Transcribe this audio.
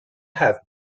have